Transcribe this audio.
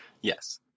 Yes